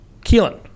Keelan